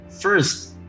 first